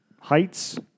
Heights